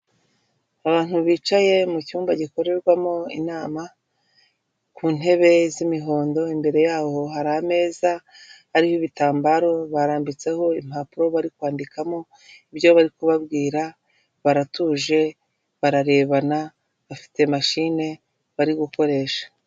Abantu bicaye mu cyumba gikorerwamo inama ku ntebe z'imihondo imbere yaho hari ameza ariho ibitambaro barambitseho impapuro bari kwandikamo ibyo bari kubabwira, baratuje bararebana bafite mashine bari gukoresha.